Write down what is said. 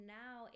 now